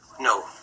No